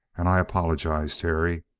and i apologize, terry.